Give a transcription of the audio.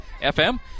FM